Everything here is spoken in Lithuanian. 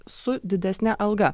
su didesne alga